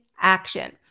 action